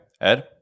Ed